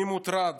אני מוטרד